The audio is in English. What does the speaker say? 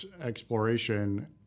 exploration